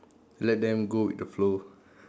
let them go with the flow